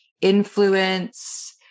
influence